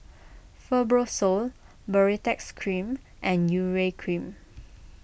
Fibrosol Baritex Cream and Urea Cream